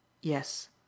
Yes